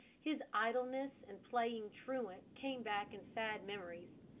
his idleness and playing truant came back in sad memories.